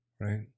right